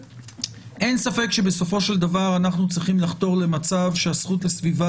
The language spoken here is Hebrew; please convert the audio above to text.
אין ספק שבסופו של דבר אנחנו צריכים לחתור למצב שהזכות לסביבה